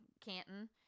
Canton